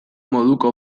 moduko